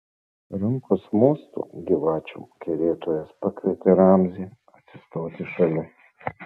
rankos mostu gyvačių kerėtojas pakvietė ramzį atsistoti šalia